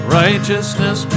righteousness